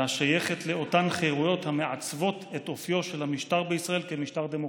השייכות לאותן חירויות המעצבות את אופיו של המשטר בישראל כמשטר דמוקרטי.